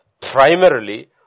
Primarily